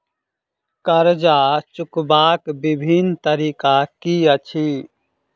कर्जा चुकबाक बिभिन्न तरीका की अछि?